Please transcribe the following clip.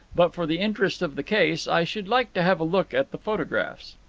but for the interest of the case i should like to have a look at the photographs.